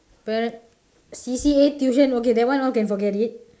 but C_C_A tuition okay that one all can forget it